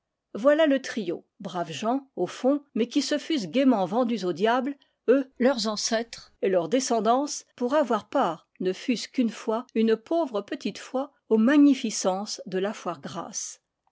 voilà le trio braves gens au fond mais qui se fussent gaiement vendus au diable eux leurs ancêtres et leur des cendance pour avoir part ne fût-ce qu'une fois une pauvre petite fois aux magnificences de la foire grasse